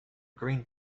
green